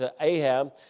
Ahab